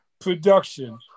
production